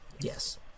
Yes